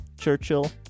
Churchill